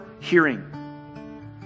hearing